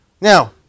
Now